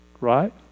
Right